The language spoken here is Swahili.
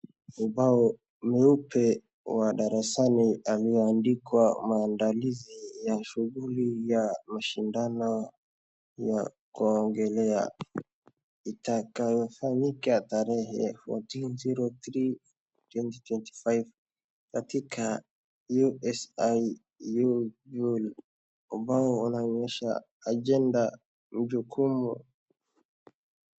Ubao mweupe wa darasani umeandikwa maandalizi ya shughuli ya mashindano ya kuongelea yatakayofanyika tarehe 14/03/2025 katika "USIU". Ubao unaonyesha ajenda, jukumu.